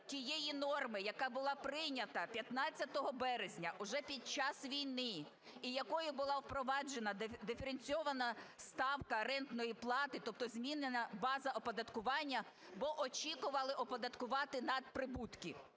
тієї норми, яка була прийняти 15 березня вже під час війни і якою була впроваджена диференційована ставка рентної плати, тобто змінена база оподаткування, бо очікували оподатковувати надприбутки.